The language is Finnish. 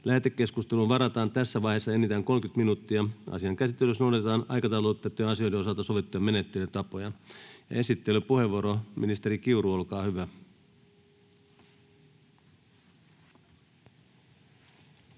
Lähetekeskusteluun varataan tässä vaiheessa enintään 30 minuuttia. Asian käsittelyssä noudatetaan aikataulutettujen asioiden osalta sovittuja menettelytapoja. — Esittelypuheenvuoro, ministeri Kiuru, olkaa hyvä.